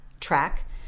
track